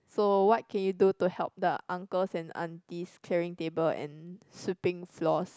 so what can you do to help the uncles and aunties carrying table and sweeping floors